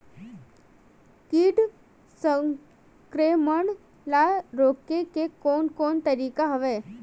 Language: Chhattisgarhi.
कीट संक्रमण ल रोके के कोन कोन तरीका हवय?